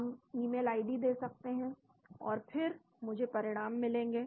हम email ID दे सकते हैं और फिर मुझे परिणाम मिलेंगे